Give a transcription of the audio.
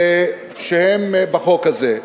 שהן בחוק הזה.